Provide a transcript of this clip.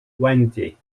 vanity